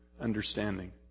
understanding